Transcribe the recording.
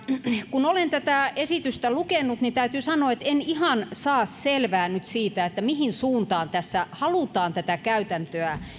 kun olen tätä esitystä lukenut niin täytyy sanoa että en ihan saa selvää nyt siitä mihin suuntaan tässä halutaan tätä käytäntöä